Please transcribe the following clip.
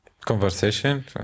conversation